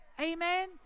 Amen